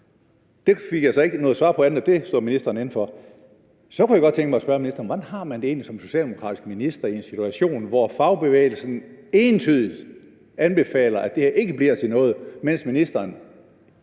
Det fik jeg så ikke noget svar på, andet end at det står ministeren inde for. Så kunne jeg godt tænke mig at spørge ministeren: Hvordan har man det egentlig som socialdemokratisk minister i en situation, hvor fagbevægelsen entydigt anbefaler, at det her ikke bliver til noget, mens ministeren